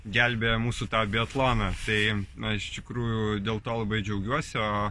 gelbėja mūsų tą biatloną tai na iš tikrųjų dėl to labai džiaugiuosi o